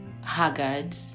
haggard